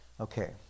Okay